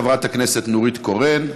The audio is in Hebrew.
סביבתיים (תביעות אזרחיות) (תיקון,